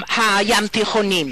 הים-תיכוני,